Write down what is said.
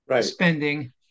spending